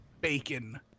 bacon